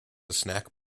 snack